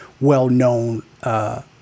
well-known